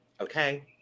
okay